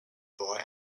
boy